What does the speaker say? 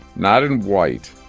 not in white,